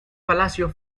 palacio